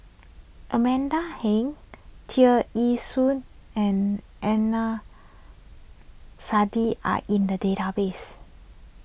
Amanda Heng Tear Ee Soon and Adnan Saidi are in the database